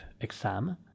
exam